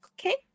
okay